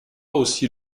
aussi